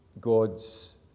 God's